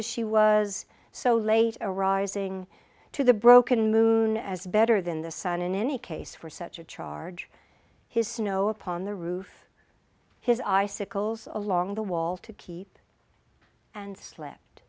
as she was so late arising to the broken moon as better than the sun in any case for such a charge his snow upon the roof his icicles along the wall to keep and sl